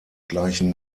gleichen